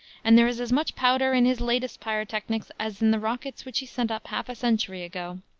and there is as much powder in his latest pyrotechnics as in the rockets which he sent up half a century ago.